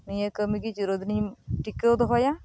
ᱱᱤᱭᱟᱹ ᱠᱟᱹᱢᱤ ᱜᱮ ᱪᱤᱨᱚᱫᱤᱱᱤᱧ ᱴᱤᱠᱟᱹᱣ ᱫᱚᱦᱚᱭᱟ